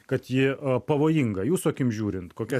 kad ji pavojinga jūsų akim žiūrint kokia